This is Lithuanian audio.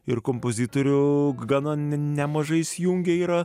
ir kompozitorių gana nemažais jungia yra